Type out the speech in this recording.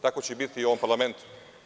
Tako će biti i u ovom parlamentu.